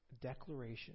declaration